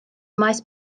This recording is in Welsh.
maes